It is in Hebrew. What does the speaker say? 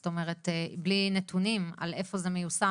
זאת אומרת ללא נתונים על איפה זה מיושם